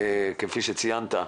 כפי שציינת,